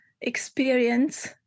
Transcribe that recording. experience